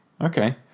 Okay